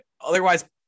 otherwise